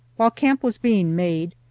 while camp was being made,